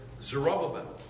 Zerubbabel